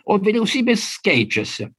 o vyriausybės keičiasi